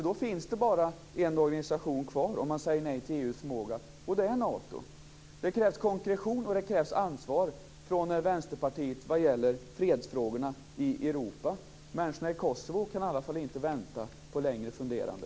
Det finns bara en organisation kvar, om man säger nej till EU:s förmåga, och det är Nato. Det krävs konkretion och det krävs ansvar från Människorna i Kosovo kan i alla fall inte vänta på längre funderande.